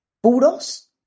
puros